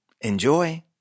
Enjoy